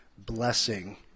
Blessing